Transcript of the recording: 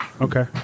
Okay